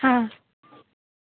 হ্যাঁ